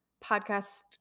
podcast